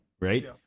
right